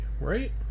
right